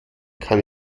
kann